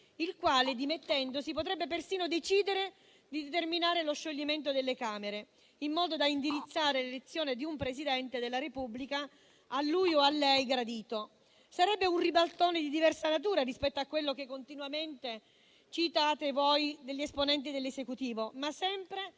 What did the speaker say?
il quale, dimettendosi, potrebbe persino decidere di determinare lo scioglimento delle Camere, in modo da indirizzare l'elezione di un Presidente della Repubblica a lui o a lei gradito. Sarebbe un ribaltone di diversa natura rispetto a quello che continuamente citano gli esponenti dell'Esecutivo, ma sempre